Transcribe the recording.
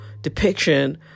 depiction